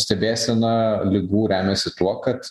stebėsena ligų remiasi tuo kad